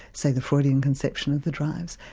say the freudian conception of the drives,